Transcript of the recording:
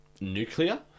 nuclear